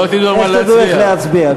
איך תדעו איך להצביע?